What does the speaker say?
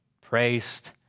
praised